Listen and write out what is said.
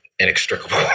inextricable